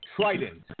Trident